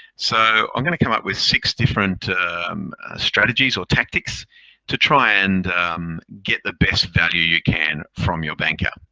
so i'm going to come up with six different um strategies or tactics to try and get the best value you can from your banker.